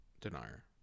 Denier